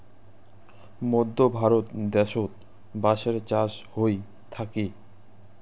মধ্য ভারত দ্যাশোত বাঁশের চাষ হই থাকি